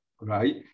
right